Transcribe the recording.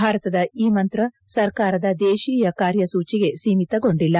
ಭಾರತದ ಈ ಮಂತ್ರ ಸರ್ಕಾರದ ದೇಶಿಯ ಕಾರ್ಯಸೂಚಿಗೆ ಸೀಮಿತಗೊಂಡಿಲ್ಲ